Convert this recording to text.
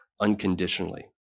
unconditionally